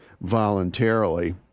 voluntarily